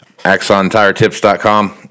axontiretips.com